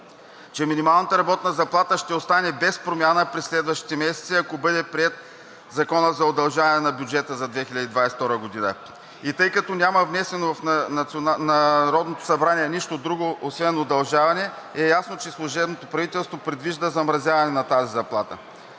че минималната работна заплата ще остане без промяна през следващите месеци, ако бъде приет Законопроектът за удължаване на бюджета за 2022 г., и тъй като няма внесено в Народното събрание нищо друго освен удължаване, е ясно, че служебното правителство предвижда замразяване на тази заплата.